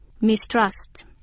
Mistrust